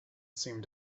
seemed